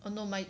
oh no my